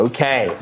Okay